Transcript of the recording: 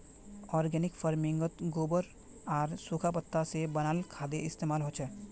organic फर्मिन्गोत गोबर आर सुखा पत्ता से बनाल खादेर इस्तेमाल होचे